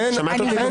שמעת אותי?